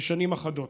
בשנים אחדות,